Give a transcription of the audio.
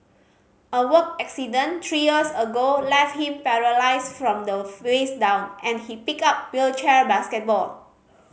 a work accident three years ago left him paralysed from the waist down and he picked up wheelchair basketball